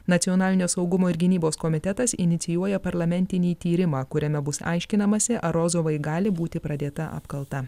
nacionalinio saugumo ir gynybos komitetas inicijuoja parlamentinį tyrimą kuriame bus aiškinamasi ar rozovai gali būti pradėta apkalta